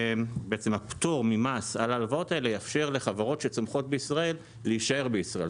הפטור ממס על ההלוואות האלה יאפשר לחברות שצומחות בישראל להישאר בישראל.